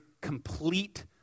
complete